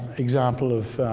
example of